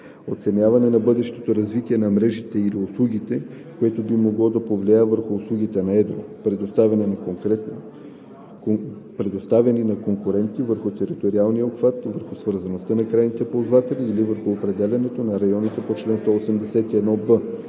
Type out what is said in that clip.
оценяване на бъдещото развитие на мрежите или услугите, което би могло да повлияе върху услугите на едро, предоставяни на конкуренти, върху териториалния обхват, върху свързаността за крайните ползватели или върху определянето на районите по чл. 181б;